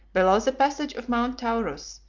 below the passage of mount taurus,